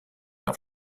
them